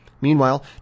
Meanwhile